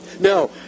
No